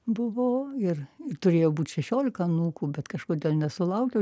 buvo ir turėjo būt šešiolika anūkų bet kažkodėl nesulaukiau